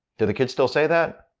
do the kids still say that?